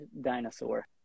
dinosaur